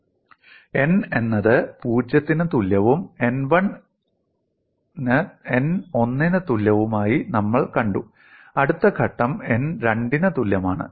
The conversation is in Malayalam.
n എന്നത് 0 ന് തുല്യവും n 1 ന് തുല്യവുമായി നമ്മൾ കണ്ടു അടുത്ത ഘട്ടം n 2 ന് തുല്യമാണ്